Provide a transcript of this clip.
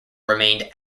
remained